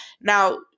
Now